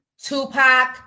Tupac